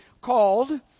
called